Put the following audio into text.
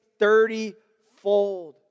thirtyfold